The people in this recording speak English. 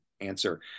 answer